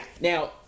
Now